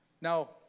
Now